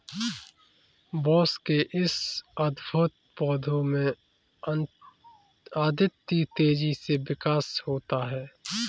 बांस के इस अद्भुत पौधे में अद्वितीय तेजी से विकास होता है